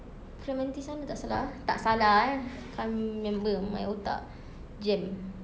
clementi sana tak salah tak salah eh can't remember my otak jam